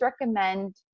recommend